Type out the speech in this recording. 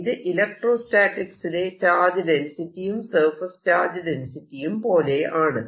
ഇത് ഇലക്ട്രോസ്റ്റാറ്റിക്സിലെ ചാർജ് ഡെൻസിറ്റിയും സർഫേസ് ചാർജ് ഡെൻസിറ്റിയും പോലെ ആണ്